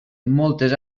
moltes